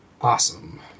awesome